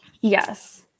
Yes